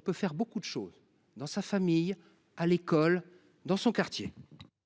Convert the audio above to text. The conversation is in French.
peut faire beaucoup de choses autour de soi, dans sa famille, à l’école ou dans son quartier.